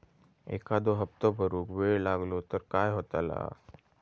एखादो हप्तो भरुक वेळ लागलो तर काय होतला?